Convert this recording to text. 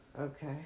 okay